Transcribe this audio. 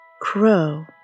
Crow